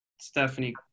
Stephanie